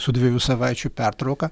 su dviejų savaičių pertrauka